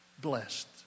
blessed